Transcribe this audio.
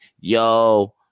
Yo